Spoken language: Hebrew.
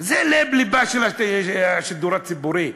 זה לב-לבו של השידור הציבורי.